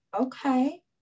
Okay